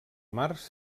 març